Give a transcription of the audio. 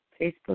Facebook